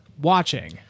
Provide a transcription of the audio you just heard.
watching